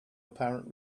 apparent